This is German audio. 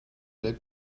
der